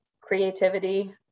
creativity